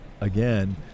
again